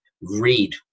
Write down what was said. read